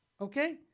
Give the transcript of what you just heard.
Okay